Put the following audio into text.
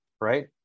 right